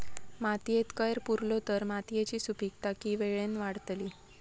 मातयेत कैर पुरलो तर मातयेची सुपीकता की वेळेन वाडतली?